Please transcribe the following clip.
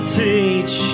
teach